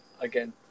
again